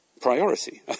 priority